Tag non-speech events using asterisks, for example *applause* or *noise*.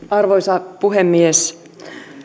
*unintelligible* arvoisa puhemies